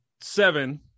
seven